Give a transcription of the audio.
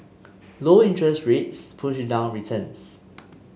low interest rates push down returns